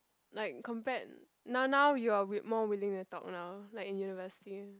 like compared now now you are wi~ more willing to talk now like in university